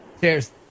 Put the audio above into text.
Cheers